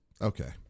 Okay